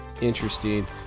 interesting